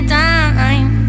time